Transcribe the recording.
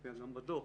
מופיע גם בדוח,